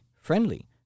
friendly